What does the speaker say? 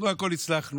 לא הכול הצלחנו.